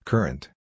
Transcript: Current